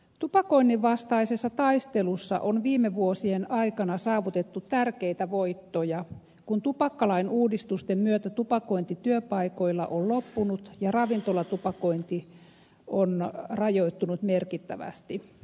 tupakoinnin vastaisessa taistelussa on viime vuosien aikana saavutettu tärkeitä voittoja kun tupakkalain uudistusten myötä tupakointi työpaikoilla on loppunut ja ravintolatupakointi on rajoittunut merkittävästi